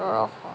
সোতৰশ